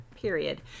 Period